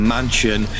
Mansion